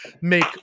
make